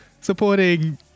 supporting